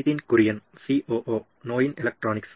Nitin Kurian COO ನೋಯಿನ್ electronics